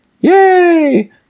Yay